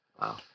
Wow